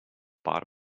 paar